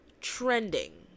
trending